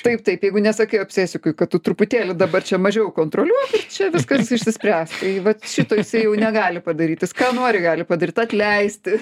taip taip jeigu nesakai obsesikui kad tu truputėlį dabar čia mažiau kontroliuok ir čia viskas išsispręs tai vat šito jisai jau negali padaryti ką nori gali padaryt atleisti